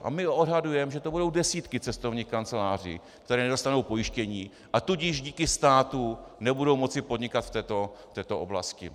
A my odhadujeme, že to budou desítky cestovních kanceláří, které nedostanou pojištění, a tudíž díky státu nebudou moci podnikat v této oblasti.